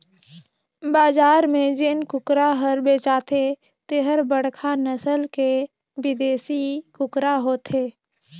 बजार में जेन कुकरा हर बेचाथे तेहर बड़खा नसल के बिदेसी कुकरा होथे